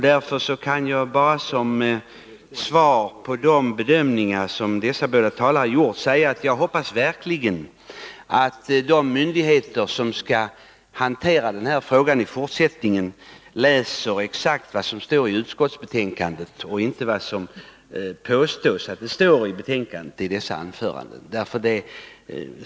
Därför kan jag efter de bedömningar som dessa båda talare har gjort bara svara, att jag verkligen hoppas att de myndigheter som skall hantera den här frågan i fortsättningen läser exakt vad som skrivs i utskottsbetänkandet och inte vad som i dessa anföranden påstås att det anförs i detsamma.